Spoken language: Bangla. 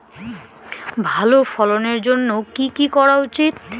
ভালো ফলনের জন্য কি কি করা উচিৎ?